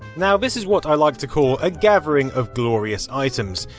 now, this is what i like to call, a gathering of glorious items.